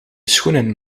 schoenen